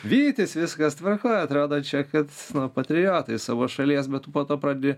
vytis viskas tvarkoj atrodo čia kad patriotai savo šalies bet tu po to pradedi